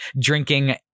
drinking